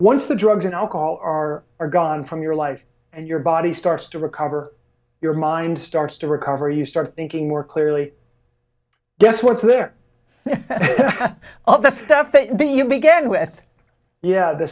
once the drugs and alcohol are are gone from your life and your body starts to recover your mind starts to recover you start thinking more clearly guess what's there all the stuff they began with yeah the